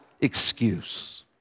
excuse